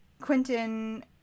Quentin